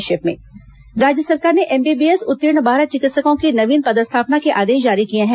संक्षिप्त समाचार राज्य सरकार ने एमबीबीएस उत्तीर्ण बारह चिकित्सकों की नवीन पदस्थापना के आदेश जारी किए हैं